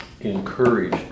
encourage